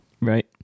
Right